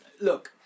Look